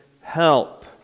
help